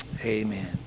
Amen